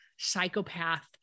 psychopath